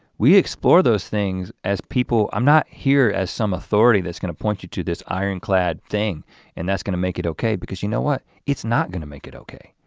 we explore those things as people. i'm not here as some authority that's gonna point you to this ironclad thing and that's gonna make it okay because you know what, it's not gonna make it okay.